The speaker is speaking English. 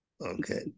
Okay